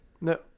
No